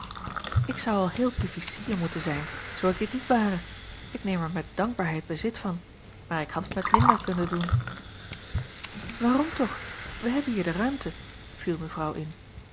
ik zou al heel difficile moeten zijn zoo ik dit niet ware ik neem er met dankbaarheid bezit van maar ik had het met minder kunnen doen a l g bosboom-toussaint langs een omweg waarom toch wij hebben hier de ruimte viel mevrouw in